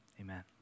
Amen